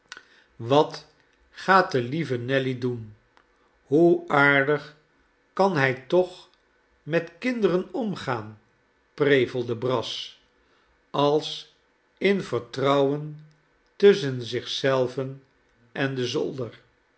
wat gaat de lieve nelly doen hoe aardig kan hij toch met kinderen omgaan prevelde brass als in vertrouwen tusschen zich zelven en den zolder